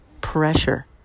pressure